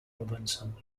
robinson